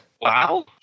Wow